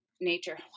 nature